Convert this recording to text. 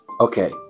Okay